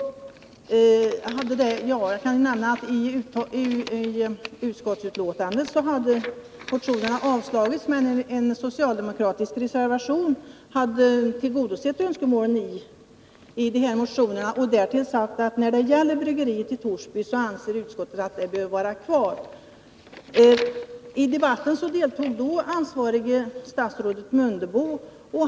Motionerna hade avstyrks av utskottet, men en socialdemokratisk reservation tillgodosåg önskemålet i dessa motioner. Där sades att när det gäller bryggeriet i Torsby så anser utskottet att det bör vara kvar. I debatten deltog det då ansvariga statsrådet Mundebo.